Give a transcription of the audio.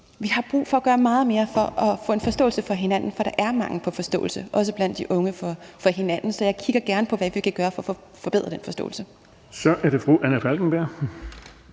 Vi har brug for at gøre meget mere for at få en forståelse for hinanden, for der er mangel på forståelse for hinanden, også blandt de unge. Så jeg kigger gerne på, hvad vi kan gøre for at forbedre den forståelse. Kl. 09:49 Den fg.